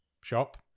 Shop